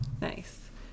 Nice